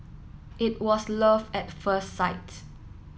it was love at first sight